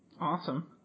Awesome